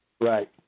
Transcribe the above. Right